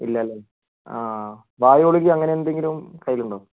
ഇല്ല അല്ലെ വായു ഗുളിക അങ്ങനെ എന്തെങ്കിലും കയ്യിലുണ്ടോ